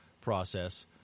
process